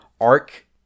arc